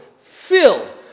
filled